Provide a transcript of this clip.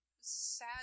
sad